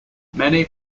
many